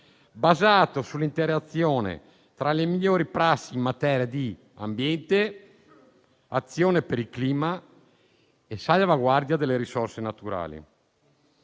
basata sull'interazione tra le migliori prassi in materia di ambiente, azione per il clima e salvaguardia delle risorse naturali.